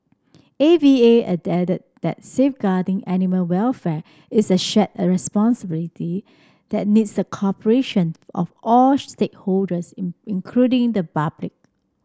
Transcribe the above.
A V A added that safeguarding animal welfare is a shared a responsibility that needs the cooperations of all stakeholders in including the public